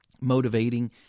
motivating